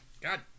god